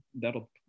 that'll